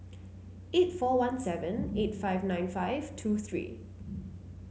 eight four one seven eight five nine five two three